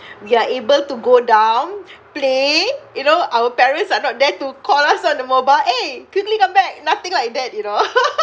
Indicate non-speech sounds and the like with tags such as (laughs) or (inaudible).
we are able to go down play you know our parents are not there to call us on the mobile eh quickly come back nothing like that you know (laughs)